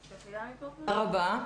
תודה רבה.